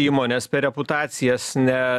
įmones per reputacijas ne